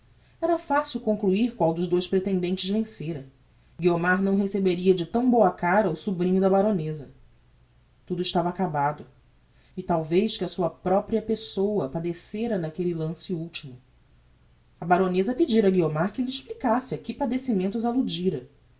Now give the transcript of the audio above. era facil concluir qual dos dous pretendentes vencera guiomar não receberia de tão boa cara o sobrinho da baroneza tudo estava acabado e talvez que a sua propria pessoa padecêra naquelle lance ultimo a baroneza pedira a guiomar que lhe explicasse a que padecimentos alludíra